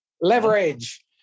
Leverage